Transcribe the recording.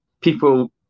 people